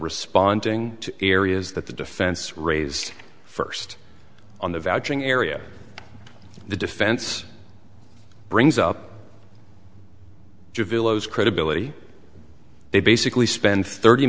responding to areas that the defense raised first on the vouching area the defense brings up credibility they basically spend thirty